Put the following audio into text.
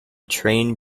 train